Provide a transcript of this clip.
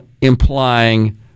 implying